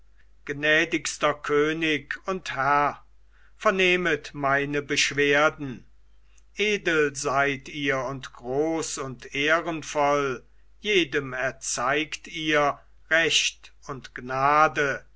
gnädigster könig und herr vernehmet meine beschwerden edel seid ihr und groß und ehrenvoll jedem erzeigt ihr recht und gnade